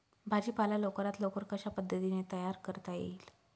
भाजी पाला लवकरात लवकर कशा पद्धतीने तयार करता येईल?